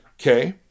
Okay